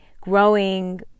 growing